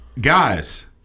Guys